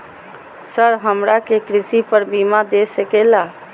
Sir हमरा के कृषि पर बीमा दे सके ला?